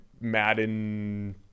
madden